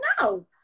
no